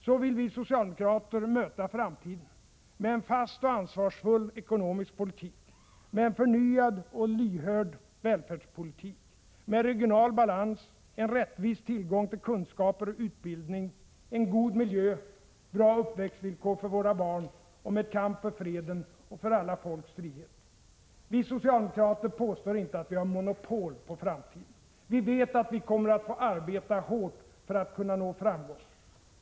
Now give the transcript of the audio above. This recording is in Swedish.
Så vill vi socialdemokrater möta framtiden: Med en fast och ansvarsfull ekonomisk politik, med en förnyad och lyhörd välfärdspolitik, med regional balans, en rättvis tillgång till kunskaper och utbildning, en god miljö, bra uppväxtvillkor för våra barn, och med kamp för freden och för alla folks frihet. Vi socialdemokrater påstår inte att vi har monopol på framtiden. Vi vet att vi kommer att få arbeta hårt för att kunna nå framgång.